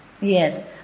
Yes